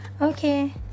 Okay